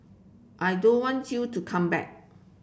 I don't want you to come back